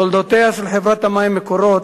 תולדותיה של חברת המים "מקורות"